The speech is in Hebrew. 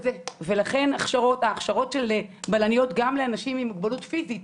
לתת הכשרות של בלניות גם לאנשים עם מוגבלות פיזית,